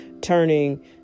turning